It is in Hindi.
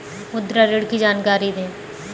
मुद्रा ऋण की जानकारी दें?